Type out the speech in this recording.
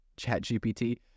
ChatGPT